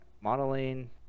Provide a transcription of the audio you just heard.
modeling